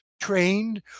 trained